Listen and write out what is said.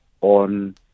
on